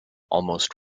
almost